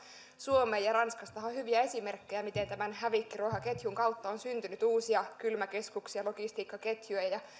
suomeen ranskastahan on hyviä esimerkkejä miten hävikkiruokaketjun kautta on syntynyt uusia kylmäkeskuksia logistiikkaketjuja ja